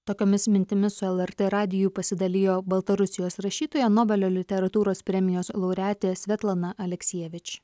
tokiomis mintimis su lrt radiju pasidalijo baltarusijos rašytoja nobelio literatūros premijos laureatė svetlana aleksijevič